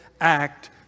act